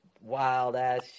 wild-ass